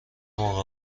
موقع